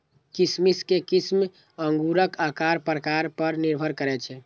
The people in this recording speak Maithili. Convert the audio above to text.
किशमिश के किस्म अंगूरक आकार प्रकार पर निर्भर करै छै